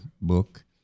Book